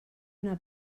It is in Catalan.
una